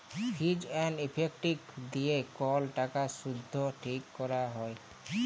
fees and effective দিয়ে কল টাকার শুধ ঠিক ক্যরা হ্যয়